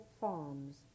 farms